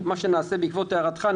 מה שנעשה בעקבות הערתך,